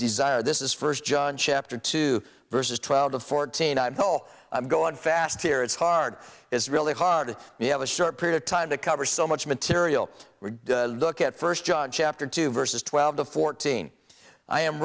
desire this is first john chapter two verses twelve to fourteen i call i'm going fast here it's hard it's really hard you have a short period of time to cover so much material we're look at first john chapter two verses twelve to fourteen i am